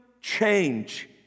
change